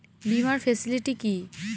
বীমার ফেসিলিটি কি?